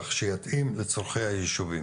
כך שיתאים לצרכי הישובים.